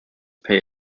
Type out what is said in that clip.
pay